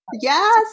yes